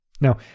Now